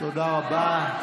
תודה רבה.